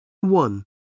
One